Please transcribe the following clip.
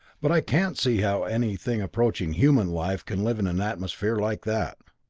but i can't see how anything approaching human life can live in an atmosphere like that.